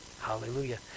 Hallelujah